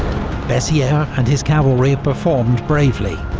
bessieres and his cavalry performed bravely.